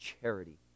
charity